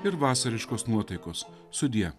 ir vasariškos nuotaikos sudie